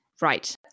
Right